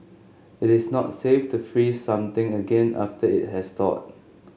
it is not safe to freeze something again after it has thawed